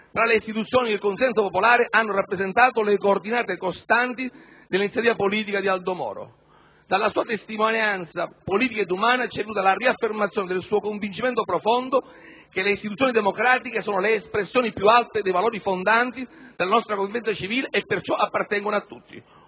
tra le istituzioni e il consenso popolare hanno rappresentato le coordinate costanti dell'iniziativa politica di Aldo Moro. Dalla sua testimonianza politica ed umana ci è venuta la riaffermazione del suo convincimento profondo che le istituzioni democratiche sono le espressioni più alte dei valori fondanti della nostra convivenza civile e perciò appartengono a tutti.